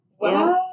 Wow